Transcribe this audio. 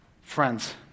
friends